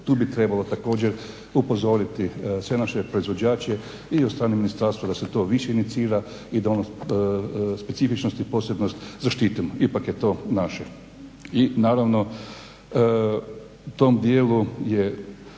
Tu bi trebalo također upozoriti sve naše proizvođače i od strane ministarstva da se to više inicira i da ono, specifičnost i posebnost zaštitimo. Ipak je to naše. I naravno tom dijelu je